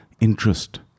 interest